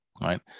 Right